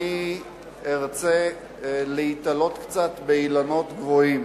אני ארצה להיתלות קצת באילנות גבוהים,